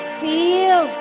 feel